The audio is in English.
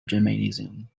gymnasium